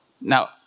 Now